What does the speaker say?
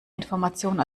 information